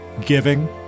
giving